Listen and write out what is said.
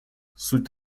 суть